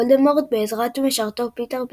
וולדמורט בעזרת משרתו, פיטר פטיגרו,